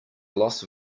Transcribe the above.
loss